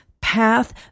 path